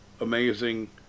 amazing